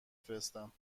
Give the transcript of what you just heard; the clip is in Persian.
فرستم